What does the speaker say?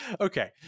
okay